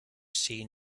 seen